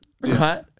Right